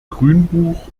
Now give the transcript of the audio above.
grünbuch